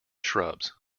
shrubs